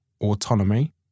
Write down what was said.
Autonomy